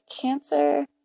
cancer